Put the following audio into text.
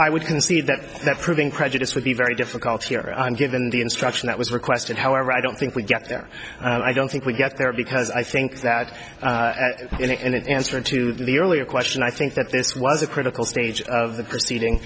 i would concede that that proving prejudice would be very difficult given the instruction that was requested however i don't think we get there i don't think we get there because i think that in answer to the earlier question i think that this was a critical stage of the proceedings